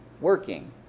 working